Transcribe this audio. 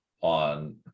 on